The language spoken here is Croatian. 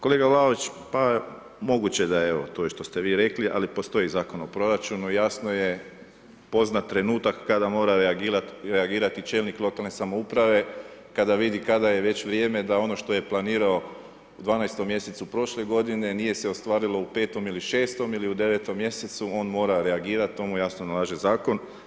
Kolega Vlaović, pa moguće da evo što ste vi rekli, ali postoji Zakon o proračunu, jasno je poznat trenutak kada mora reagirati čelnik lokalne samouprave, kada vidi kada je već vrijeme da ono što je planirao u 12 mjesecu prošle godine, nije se ostvarilo u 5. ili 6. ili u 9. mjesecu, on mora reagirat, to mu jasno nalaže zakon.